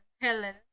helen